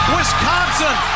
Wisconsin